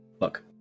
Look